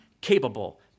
capable